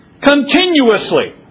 continuously